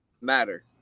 matter